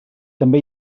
també